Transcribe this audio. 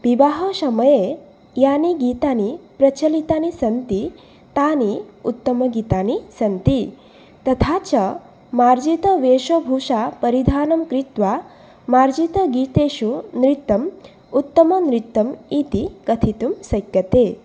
विवाहसमये यानि गीतानि प्रचलितानि सन्ति तानि उत्तमगितानि सन्ति तथा च मार्जितवेशभूषा परिधानं कृत्वा मार्जितगीतेषु नृत्यम् उत्तमनृत्यम् इति कथितुं शक्यते